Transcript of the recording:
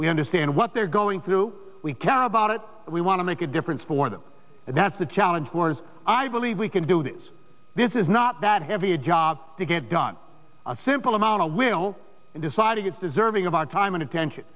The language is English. we understand what they're going through we care about it we want to make a difference for them that's the challenge wars i believe we can do this this is not that heavy a job to get done a simple tomorrow will decide it's deserving of our time and attention